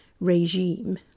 regime